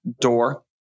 door